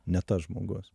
ne tas žmogus